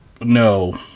no